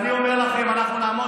לא צריכים לשתות משקאות ממותקים.